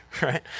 right